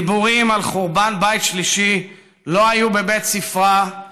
דיבורים על חורבן בית שלישי לא היו בבית ספרה,